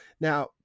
now